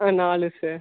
ஆ நாலு சார்